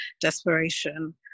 desperation